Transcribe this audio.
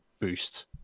boost